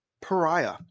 Pariah